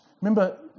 Remember